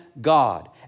God